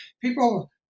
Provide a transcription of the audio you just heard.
people